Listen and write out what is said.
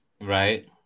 Right